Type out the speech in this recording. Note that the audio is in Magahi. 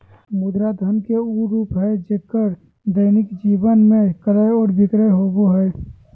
मुद्रा धन के उ रूप हइ जेक्कर दैनिक जीवन में क्रय और विक्रय होबो हइ